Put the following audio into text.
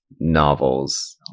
novels